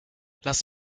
lass